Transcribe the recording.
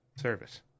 service